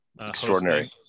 extraordinary